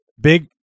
Big